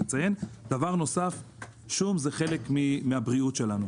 דבר נוסף, שום זה חלק מהבריאות שלנו,